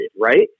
right